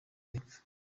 y’epfo